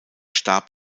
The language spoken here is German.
starb